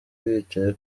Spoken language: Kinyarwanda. bicaye